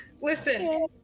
Listen